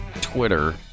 Twitter